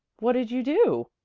what did you do?